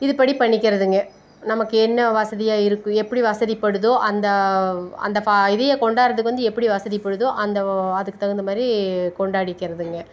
இதுப்படி பண்ணிக்கிறதுங்க நமக்கு என்ன வசதியாக இருக்குது எப்படி வசதிப்படுதோ அந்த அந்த ஃபா இதையை கொண்டாடுறதுக்கு வந்து எப்படி வசதிப்படுதோ அந்த அதுக்கு தகுந்த மாதிரி கொண்டாடிக்கிறதுங்க